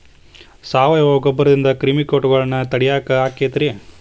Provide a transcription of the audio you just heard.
ಸಾವಯವ ಗೊಬ್ಬರದಿಂದ ಕ್ರಿಮಿಕೇಟಗೊಳ್ನ ತಡಿಯಾಕ ಆಕ್ಕೆತಿ ರೇ?